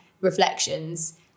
reflections